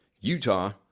Utah